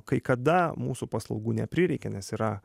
kai kada mūsų paslaugų neprireikia nes yra